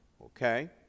okay